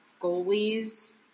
goalie's